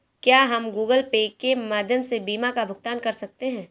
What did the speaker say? क्या हम Google Pay के माध्यम से बीमा का भुगतान कर सकते हैं?